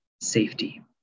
safety